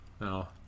no